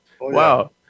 Wow